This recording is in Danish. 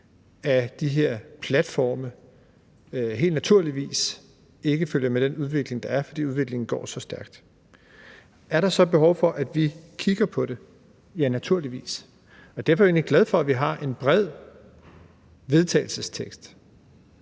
af de her platforme, følger naturligvis ikke med den udvikling, der er, fordi udviklingen går så stærkt. Er der så behov for, at vi kigger på det? Ja, naturligvis. Derfor er jeg egentlig glad for, at vi har et bredt forslag